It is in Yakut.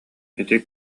ити